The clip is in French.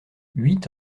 huit